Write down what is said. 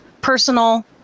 personal